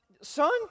son